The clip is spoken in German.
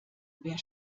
wer